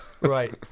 Right